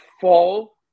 fall